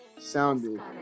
sounded